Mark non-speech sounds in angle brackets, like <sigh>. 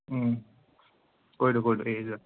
<unintelligible>